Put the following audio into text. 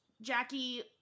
Jackie